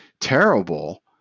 terrible